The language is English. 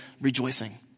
rejoicing